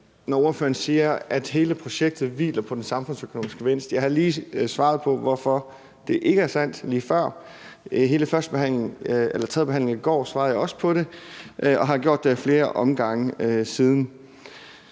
når ordføreren siger, at hele projektet hviler på den samfundsøkonomiske gevinst. Jeg har lige svaret på, hvorfor det ikke er sandt, lige før. Ved hele tredjebehandlingen i går svarede jeg også på det og har gjort det ad flere omgange siden.